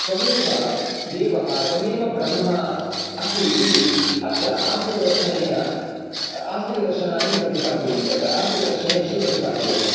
त्वमेव देवः त्वमेव ब्रह्मा असि इति अत्र आस्तिकदर्शनेन आस्तिकदर्शनानि प्रतिपाद्यते आस्तिकदर्शनेषु प्रतिपाद्यते